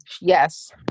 Yes